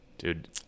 Dude